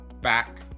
back